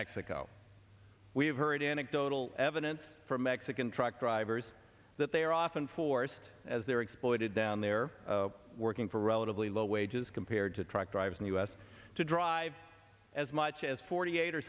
mexico we've heard anecdotal evidence from mexican truck drivers that they are often forced as they're exploited them they're working for relatively low wages compared to truck drivers and us to drive as much as forty eight or